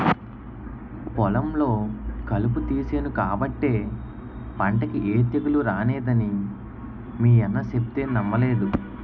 పొలంలో కలుపు తీసేను కాబట్టే పంటకి ఏ తెగులూ రానేదని మీ అన్న సెప్తే నమ్మలేదు